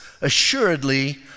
Assuredly